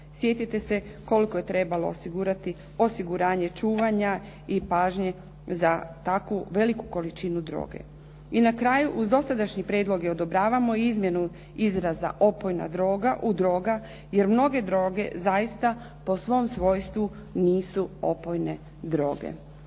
Sjetite se koliko je trebalo osigurati osiguranje čuvanja i pažnje za takvu veliku količinu droge. I na kraju, uz dosadašnji prijedlog odobravamo izmjenu izraza opojna droga u droga, jer mnoge droge zaista po svom svojstvu nisu opojne droge.